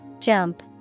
Jump